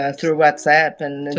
ah through whatsapp and.